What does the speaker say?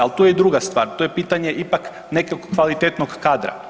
Ali tu je i druga stvar, tu je pitanje ipak nekog kvalitetnog kadra.